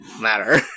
matter